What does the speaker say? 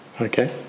Okay